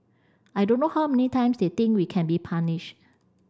I don't know how many times they think we can be punished